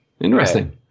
interesting